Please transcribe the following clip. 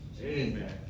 Amen